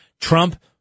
Trump